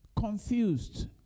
Confused